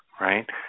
right